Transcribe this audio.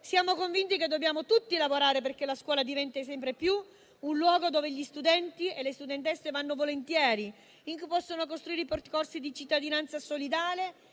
Siamo convinti che dobbiamo tutti lavorare perché la scuola diventi sempre più un luogo dove gli studenti e le studentesse vanno volentieri, in cui possono costruire percorsi di cittadinanza solidale